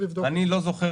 אני לא זוכר דיון בנושא זה.